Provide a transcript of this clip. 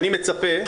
אני מצפה,